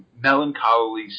melancholy